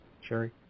Sherry